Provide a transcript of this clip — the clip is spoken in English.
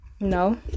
no